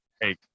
Hey